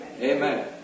Amen